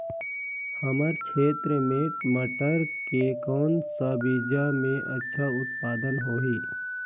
हमर क्षेत्र मे मटर के कौन सा बीजा मे अच्छा उत्पादन होही?